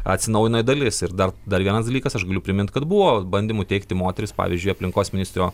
atsinaujina dalis ir dar dar vienas dalykas aš galiu primint kad buvo bandymų teikti moteris pavyzdžiui aplinkos ministro